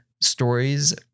stories